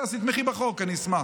אז בסדר, תתמכי בחוק, אני אשמח.